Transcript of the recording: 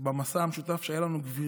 במסע המשותף שהיה לנו: גברתי,